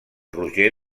roger